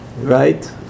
Right